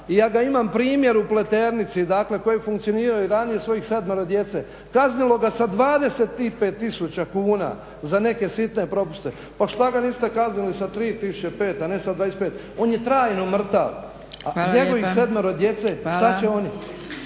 I ja ga imam primjer u Pleternici, dakle koji funkcioniraju i hranio je svojih sedmero djece. Kaznilo ga sa 25000 kuna za neke sitne propuste. Pa šta ga niste kaznili sa 3000, 5 a ne sa 25. On je trajno mrtav. A njegovih sedmero djece? Šta će oni?